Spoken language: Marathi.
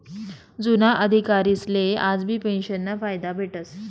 जुना अधिकारीसले आजबी पेंशनना फायदा भेटस